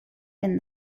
and